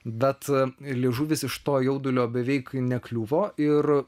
bet liežuvis iš to jaudulio beveik nekliuvo ir